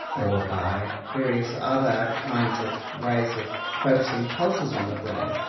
or by various other kinds of ways of focusing pulses on the brain.